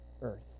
earth